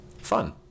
Fun